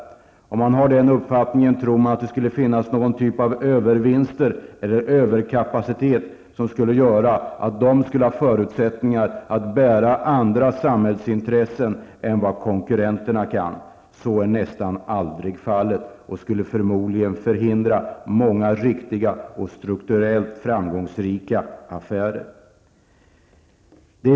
Somliga tror kanske att det finns någon typ av övervinster eller överkapacitet som gör att dessa företag har förutsättningar att bära andra samhällsintressen än vad konkurrenterna gör, men så är nästan aldrig fallet. Det skulle förmodligen förhindra många riktiga och strukturellt framgångsrika affärer.